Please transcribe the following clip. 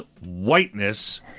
whiteness